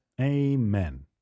Amen